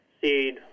seed